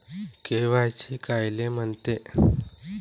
KYC कायले म्हनते?